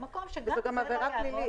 במקום שגם זה לא יעבוד,